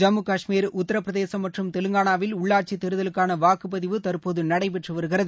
ஜம்மு கஷ்மீர் உத்திரபிரதேசம் மற்றும் தெலங்கானாவில் உள்ளாட்சி தேர்தலுக்கான வாக்குப்பதிவு தற்போது நடைபெற்று வருகிறது